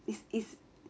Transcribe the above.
is is